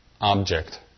object